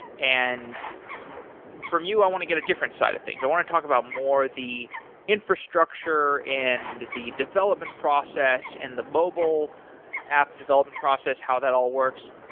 and from you, i want to get a different side of things. i want to talk about more the infrastructure and the development process and the mobile app development process, how that all works.